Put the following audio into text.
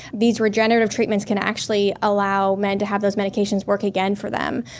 these regenerative treatments can actually allow men to have those medications work again for them,